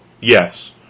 yes